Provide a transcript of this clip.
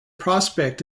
prospect